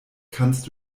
kannst